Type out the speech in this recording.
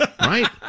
right